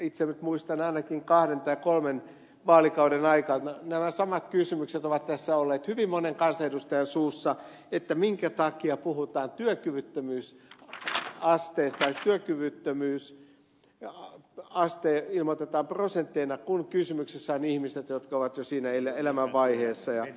itse nyt muistan ainakin kahden tai kolmen vaalikauden ajalta että nämä samat kysymykset ovat olleet hyvin monen kansanedustajan suussa siis minkä takia puhutaan työkyvyttömyysasteesta niin että työkyvyttömyysaste ilmoitetaan prosentteina kun kysymyksessä ovat ihmiset jotka ovat jo siinä elämänvaiheessa